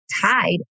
Tied